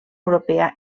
europea